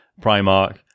Primark